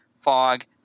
fog